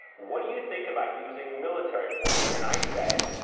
what do you think about using military force and i said,